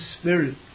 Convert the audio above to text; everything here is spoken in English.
spirit